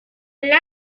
las